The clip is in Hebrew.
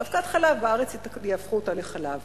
אבקת חלב, בארץ יהפכו אותה לחלב